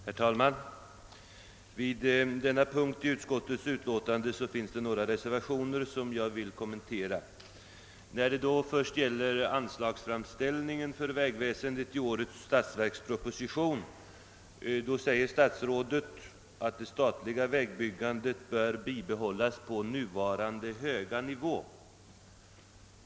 Herr talman! Vid denna punkt i utskottsutlåtandet finns det några reservationer som jag vill kommentera. När det då först gäller anslagsframställningen för vägväsendet i årets statsverksproposition säger statsrådet att »det statliga vägbyggandet bör bibehållas på nuvarande höga nivå».